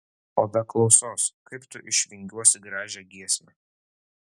o be klausos kaip tu išvingiuosi gražią giesmę